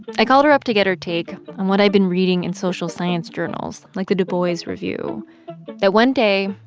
i called her up to get her take on what i'd been reading in social science journals like the du bois review that one day,